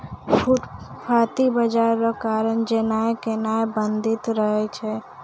फुटपाटी बाजार रो कारण जेनाय एनाय बाधित रहै छै